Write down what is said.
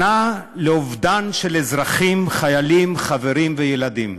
שנה לאובדן של אזרחים, חיילים, חברים וילדים,